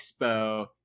Expo